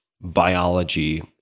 biology